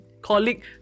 colleague